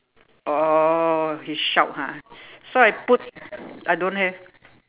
oh he shout ha so I put I don't have